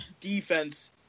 defense